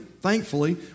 thankfully